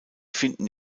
finden